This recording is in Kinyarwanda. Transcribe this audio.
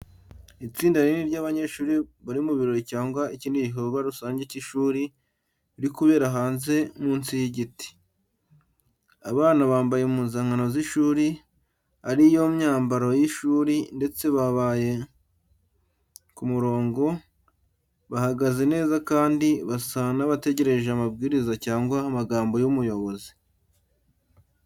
Itsinda rinini ry’abanyeshuri bari mu birori cyangwa ikindi gikorwa rusange cy’ishuri, biri kubera hanze munsi y’igiti. Abana bambaye impuzankano z’ishuri ari yo myambaro y’ishuri, ndetse babaye ku murongo, bihagaze neza kandi basa n'abategereje amabwiriza cyangwa amagambo y’umuyobozi.